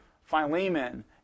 Philemon